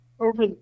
Over